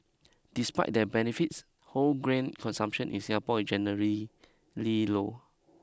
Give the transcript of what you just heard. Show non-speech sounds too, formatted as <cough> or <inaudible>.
despite their benefits whole grain consumption in Singapore is generally <unintelligible> low